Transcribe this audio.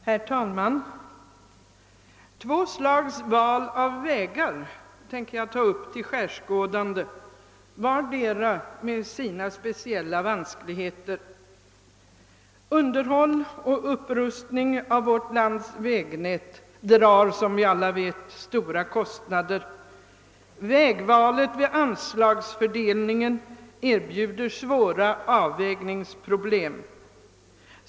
Herr talman! Två slags val av vägar tänker jag ta upp till skärskådande, vartdera med sina speciella vanskligheter. Underhåll och upprustning av vårt lands vägnät drar, som vi alla vet, stora kostnader. Vägvalet vid anslagsfördelningen erbjuder svåra avvägningsproblem.